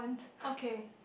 okay